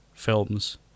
films